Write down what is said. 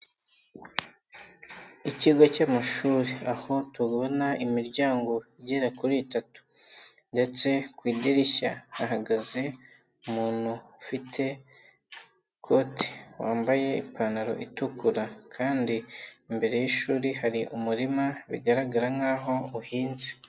Ikigo cy'amashuri aho tubona imiryango igera kuri itatu ndetse ku idirishya hahagaze umuntu ufite ikote wambaye ipantaro itukura kandi imbere y'ishuri hari umurima bigaragara nkaho uhinze.